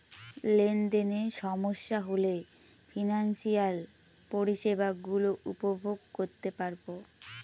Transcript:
লেনদেনে সমস্যা হলে ফিনান্সিয়াল পরিষেবা গুলো উপভোগ করতে পারবো